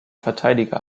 verteidiger